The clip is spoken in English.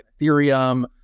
Ethereum